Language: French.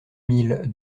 mille